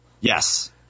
Yes